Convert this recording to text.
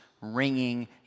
ringing